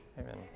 Amen